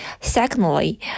secondly